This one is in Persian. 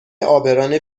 عابران